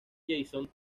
jason